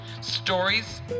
stories